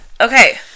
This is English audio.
Okay